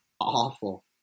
awful